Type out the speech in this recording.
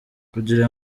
kugira